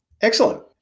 excellent